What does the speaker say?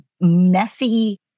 messy